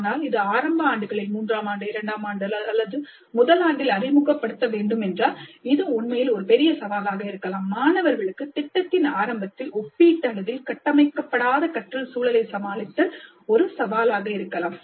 ஆனால் இது ஆரம்ப ஆண்டுகளில் மூன்றாம் ஆண்டு இரண்டாம் ஆண்டு அல்லது முதல் ஆண்டில் அறிமுகப்படுத்தப்பட வேண்டும் என்றால் இது உண்மையில் ஒரு சவாலாக இருக்கலாம் மாணவர்களுக்கு திட்டத்தின் ஆரம்பத்தில் ஒப்பீட்டளவில் கட்டமைக்கப்படாத கற்றல் சூழலை சமாளித்தல் ஒரு சவாலாக இருக்கலாம்